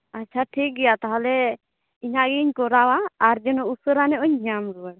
ᱟᱪᱪᱷᱟ ᱴᱷᱤᱠ ᱜᱮᱭᱟ ᱛᱟᱦᱚᱞᱮ ᱤᱧᱟᱹᱜ ᱤᱧ ᱠᱚᱨᱟᱣᱟ ᱟᱨ ᱡᱮᱱᱚ ᱩᱥᱟᱹᱨᱟ ᱧᱚᱜ ᱤᱧ ᱧᱟᱢ ᱨᱩᱣᱟᱹᱲ